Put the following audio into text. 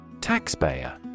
Taxpayer